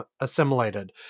assimilated